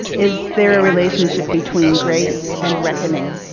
is there a relationship between grace and reckoning?